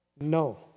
No